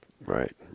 Right